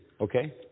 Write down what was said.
Okay